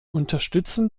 unterstützen